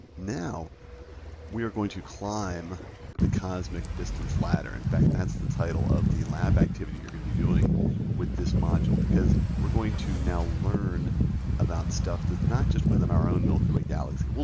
now we are going to climb the cosmic distance ladder. in fact, that's the title of the lab activity you're going to be doing with this module. because we're going to now learn about stuff that's not just within our own milky way galaxy.